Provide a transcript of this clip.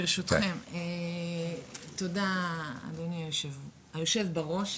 ברשותכם, תודה אדוני היושב בראש.